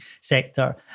sector